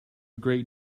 great